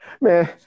Man